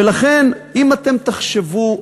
ולכן, אם אתם תחשבו,